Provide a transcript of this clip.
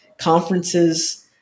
conferences